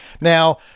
Now